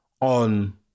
on